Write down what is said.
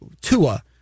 Tua